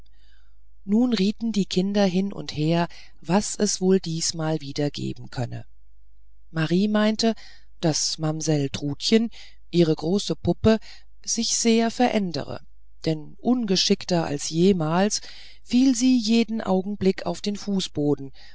nun rieten die kinder hin und her was es wohl diesmal wieder geben könne marie meinte daß mamsell trutchen ihre große puppe sich sehr verändere denn ungeschickter als jemals fiele sie jeden augenblick auf den fußboden